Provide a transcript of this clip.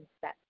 set